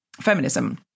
feminism